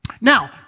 Now